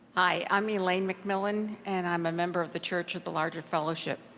i'm elaine macmillan and i'm a member of the church of the larger fellowship.